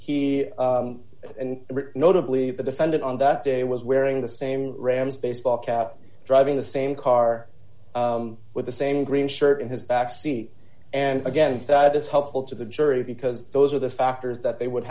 and notably the defendant on that day was wearing the same rams baseball cap driving the same car with the same green shirt in his back seat and again that is helpful to the jury because those are the factors that they would